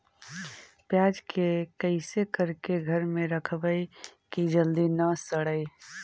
प्याज के कैसे करके घर में रखबै कि जल्दी न सड़ै?